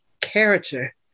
character